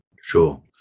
Sure